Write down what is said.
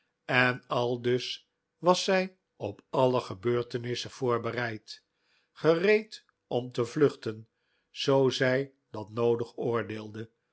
en aldus was zij op alle gebeurtenissen voorbereid gereed om te vluchten zoo zij dat noodig oordeelde